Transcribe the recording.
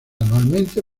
anualmente